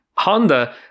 Honda